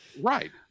Right